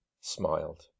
smiled